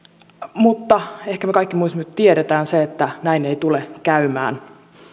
mutta ehkä me kaikki nyt myös tiedämme että näin ei tule käymään